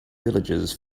villages